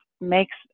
makes